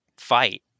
fight